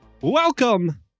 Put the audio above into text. Welcome